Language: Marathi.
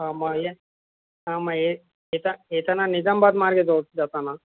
हा मय हा म ए येता येताना निजामबाद मार्गे जाऊ जाताना